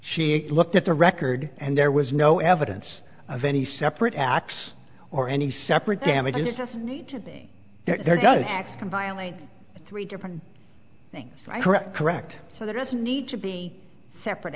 she looked at the record and there was no evidence of any separate acts or any separate damage and it doesn't need to be there god acts can violate three different things i correct correct so there doesn't need to be separate